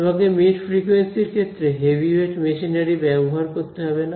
তোমাকে mid frequency র ক্ষেত্রে হেভিওয়েট মেশিনারি ব্যবহার করতে হবে না